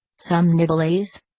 some nibblies?